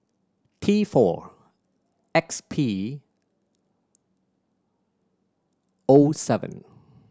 T four X P O seven